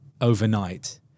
overnight